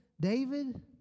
David